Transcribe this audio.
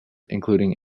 including